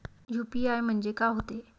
UPI म्हणजे का होते?